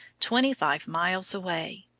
twenty miles away,